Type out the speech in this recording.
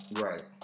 Right